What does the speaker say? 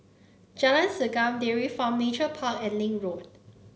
Jalan Segam Dairy Farm Nature Park and Link Road